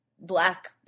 black